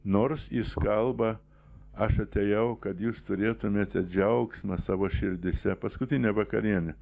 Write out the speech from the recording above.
nors jis kalba aš atėjau kad jūs turėtumėte džiaugsmą savo širdyse paskutinė vakarienė